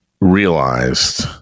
realized